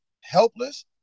helpless